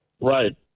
right